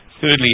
Thirdly